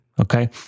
Okay